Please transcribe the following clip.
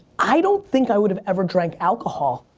i don't think i would've ever drank alcohol.